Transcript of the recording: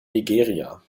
nigeria